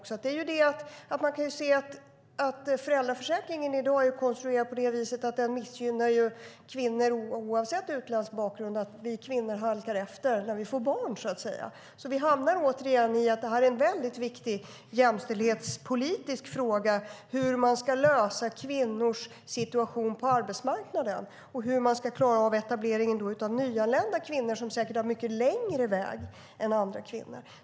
Föräldraförsäkringen är konstruerad på det viset att den även missgynnar kvinnor som inte har utländsk bakgrund. Vi kvinnor halkar nämligen efter när vi får barn. Vi hamnar i att det är en viktig jämställdhetspolitisk fråga hur man ska lösa kvinnors situation på arbetsmarknaden och hur man ska klara av etableringen av nyanlända kvinnor som säkert har mycket längre väg än andra.